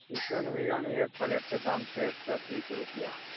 chicken biryani एक प्लेटके दाम छै एक सए तीस रुपैआ